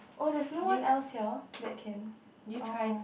oh there's no one else here that can orh